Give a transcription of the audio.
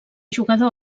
jugador